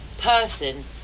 person